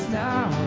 now